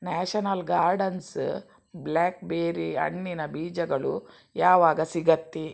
national gardens blackberry ಹಣ್ಣಿನ ಬೀಜಗಳು ಯಾವಾಗ ಸಿಗುತ್ತೆ